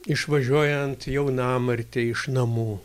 išvažiuojant jaunamartei iš namų